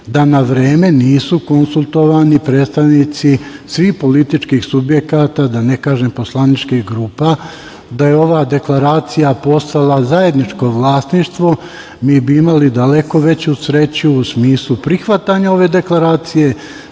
da na vreme nisu konsultovani predstavnici svih političkih subjekata, da ne kažem poslaničkih grupa. Da je ova deklaracija postala zajedničko vlasništvo, mi bi imali daleko veću sreću u smislu prihvatanja ove deklaracije,